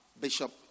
Bishop